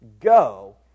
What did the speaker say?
Go